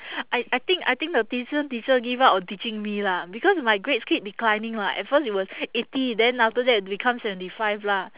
I I think I think the tuition teacher give up on teaching me lah because my grades kept declining lah at first it was eighty then after that it become seventy five lah